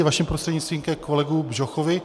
Vaším prostřednictvím ke kolegu Bžochovi.